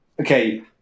okay